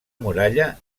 muralla